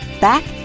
back